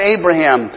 Abraham